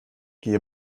gehe